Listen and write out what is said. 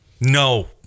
No